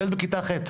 ילד בכיתה ח',